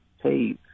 hey